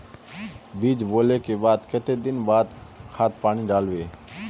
बीज बोले के बाद केते दिन बाद खाद पानी दाल वे?